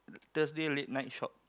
Thursday late night shop